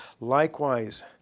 Likewise